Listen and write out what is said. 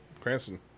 Cranston